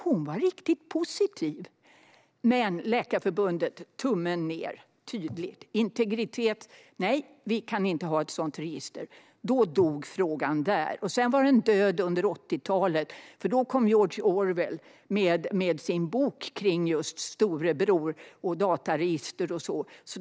Hon var riktigt positiv. Men Läkarförbundet gjorde tydligt tummen ned - integritet. Nej, vi kan inte ha ett sådant register. Då dog frågan. Sedan var den död under 80-talet, för då kom George Orwell med sin bok om just storebror och dataregister.